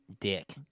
dick